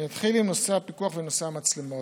אני אתחיל עם נושא הפיקוח ונושא המצלמות.